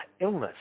illness